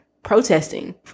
protesting